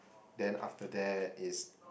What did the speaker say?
then after that is